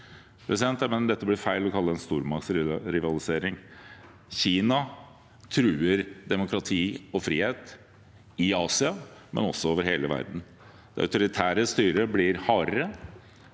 det blir feil å kalle det en stormaktsrivalisering. Kina truer demokrati og frihet i Asia, men også over hele verden. Det autoritære styret blir hardere.